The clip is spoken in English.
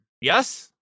Yes